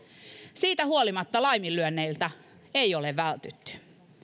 siitä huolimatta laiminlyönneiltä ei ole vältytty